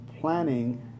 planning